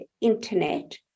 internet